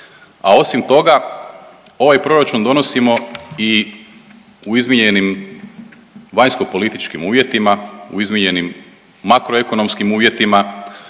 a osim toga ovaj proračun donosimo i u izmijenjenim vanjskopolitičkim uvjetima, u izmijenjenim makro ekonomskim uvjetima,